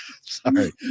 sorry